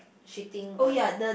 shitting on